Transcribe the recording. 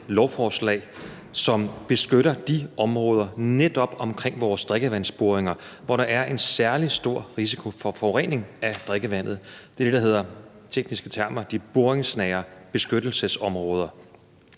lovforslag, som beskytter netop de områder omkring vores drikkevandsboringer, hvor der er en særlig stor risiko for forurening af drikkevandet. Det er det, der med en teknisk term hedder de boringsnære beskyttelsesområder.